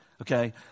okay